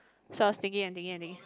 so I was thinking and thinking and thinking